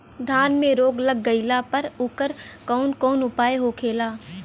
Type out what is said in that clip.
धान में रोग लग गईला पर उकर कवन कवन उपाय होखेला?